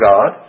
God